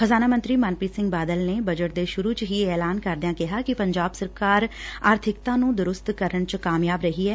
ਖ਼ਜ਼ਾਨਾ ਮੰਤਰੀ ਮਨਪ੍ੀਤ ਸਿੰਘ ਬਾਦਲ ਨੇ ਬਜਟ ਦੇ ਸੁਰੂ ਚ ਹੀ ਇਹ ਐਲਾਨ ਕਰਦਿਆਂ ਕਿਹਾ ਕਿ ਪੰਜਾਬ ਸਰਕਾਰ ਆਰਬਿਕਤਾ ਨੂੰ ਦੁਰਸਤ ਕਰਨ ਚ ਕਾਮਯਾਬ ਰਹੀ ਐ